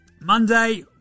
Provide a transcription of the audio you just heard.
Monday